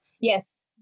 Yes